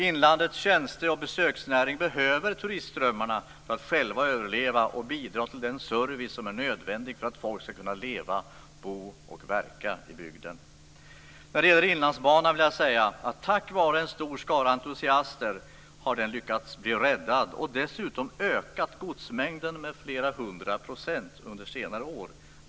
Inlandets tjänste och besöksnäring behöver turistströmmarna för att själva överleva och bidra till den service som är nödvändig för att folk ska kunna leva, bo och verka i bygden. Inlandsbanan har kunnat räddas tack vare en stor skara entusiaster. Den har dessutom ökat godsmängden med flera hundra procent under senare år.